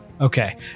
okay